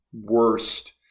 worst